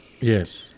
Yes